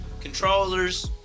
Controllers